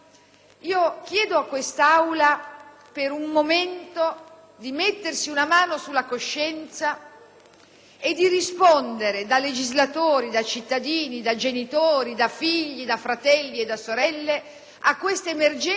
e di rispondere da legislatori, cittadini, genitori, figli, fratelli, sorelle a questa emergenza che si va determinando nel Paese per due motivi fondamentali, a mio modesto avviso: